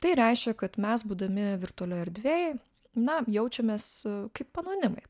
tai reiškia kad mes būdami virtualioj erdvėj na jaučiamės kaip anonimai